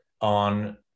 on